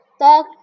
Dog